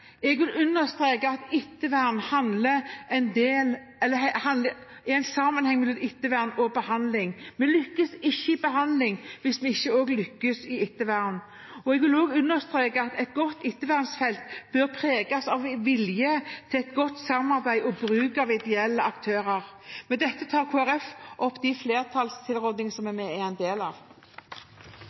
Jeg vil understreke at det er en sammenheng mellom ettervern og behandling. Vi lykkes ikke med behandling hvis vi ikke også lykkes med ettervernet. Jeg vil også understreke at et godt ettervern bør preges av vilje til godt samarbeid og bruk av ideelle aktører. Med dette anbefaler jeg flertallstilrådingene som Kristelig Folkeparti er en del av.